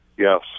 Yes